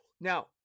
now